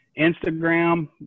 Instagram